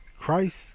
Christ